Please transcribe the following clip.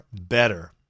better